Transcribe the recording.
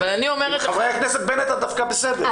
עם חבר הכנסת בנט את דווקא בסדר.